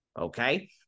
okay